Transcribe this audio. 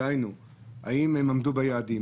דהיינו אם הם עמדו ביעדים,